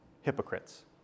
hypocrites